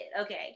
okay